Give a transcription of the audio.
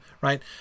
right